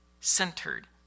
centered